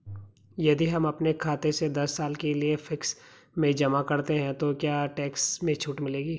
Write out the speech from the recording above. यदि हम अपने खाते से दस साल के लिए फिक्स में जमा करते हैं तो हमें क्या टैक्स में छूट मिलेगी?